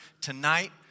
Tonight